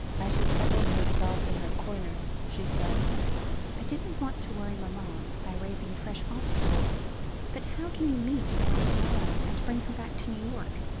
as she settled herself in her corner she said i didn't want to worry mamma by raising fresh obstacles but how can you meet ellen tomorrow, and bring her back to new york,